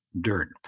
dirt